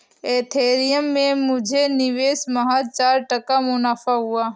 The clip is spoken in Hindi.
एथेरियम में निवेश मुझे महज चार टका मुनाफा हुआ